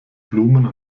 blumen